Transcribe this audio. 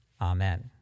Amen